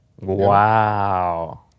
Wow